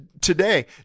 today